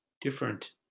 different